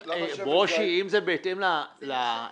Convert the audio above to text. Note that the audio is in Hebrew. ברושי, אם זה בהתאם שהיה.